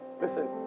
Listen